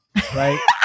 right